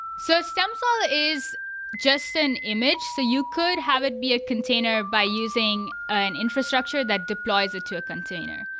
so stem cell is just an image. so you could have it be a container by using an infrastructure that deploys it to a container.